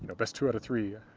and best two out of three